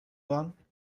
waren